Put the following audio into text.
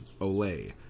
Olay